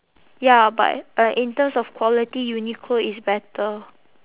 ya but but in terms of quality Uniqlo is better